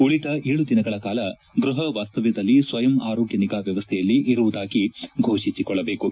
ಉಳಿದ ಏಳು ದಿನಗಳ ಕಾಲ ಗೃಹ ವಾಸ್ತವ್ಯದಲ್ಲಿ ಸ್ವಯಂ ಆರೋಗ್ಯ ನಿಗಾ ವ್ಯವಸ್ಥೆಯಲ್ಲಿ ಇರುವುದಾಗಿ ಘೋಷಿಸಿಕೊಳ್ಳಬೇಕು